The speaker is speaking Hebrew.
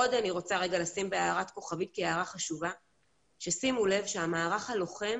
עוד אני רוצה לשים בהערת כוכבית כהערה חשובה ששימו לב שהמערך הלוחם